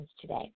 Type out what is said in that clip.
today